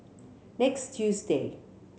next Tuesday